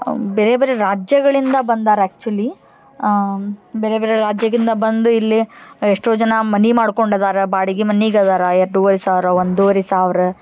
ಬೇರೆ ಬೇರೆ ರಾಜ್ಯಗಳಿಂದ ಬಂದಾರ ಆ್ಯಕ್ಚುಲಿ ಬೇರೆ ಬೇರೆ ರಾಜ್ಯಗಿಂದ ಬಂದು ಇಲ್ಲಿ ಎಷ್ಟೋ ಜನ ಮನೆ ಮಾಡ್ಕೊಂಡು ಅದಾರ ಬಾಡಿಗೆ ಮನಿಗೆ ಅದಾರ ಏರ್ಡುವರಿ ಸಾವಿರ ಒಂದುವರಿ ಸಾವಿರ